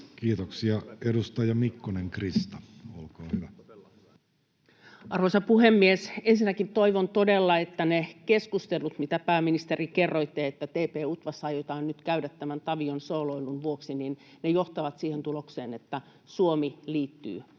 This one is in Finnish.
Time: 15:56 Content: Arvoisa puhemies! Ensinnäkin toivon todella, että ne keskustelut, mitä kerroitte, pääministeri, että TP-UTVAssa aiotaan nyt käydä tämän Tavion sooloilun vuoksi, johtavat siihen tulokseen, että Suomi liittyy